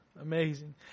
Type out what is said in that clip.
amazing